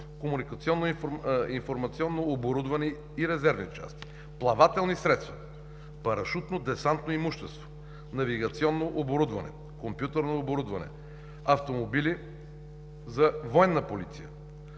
комуникационно информационно оборудване и резервни части, плавателни средства, парашутно-десантно имущество, навигационно оборудване, компютърно оборудване, автомобили за „Военна полиция“,